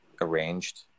arranged